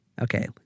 okay